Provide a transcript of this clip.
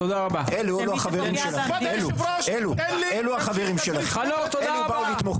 אלו אלו החברים שלכם, אלו אלו החברים שלכם